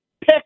Pick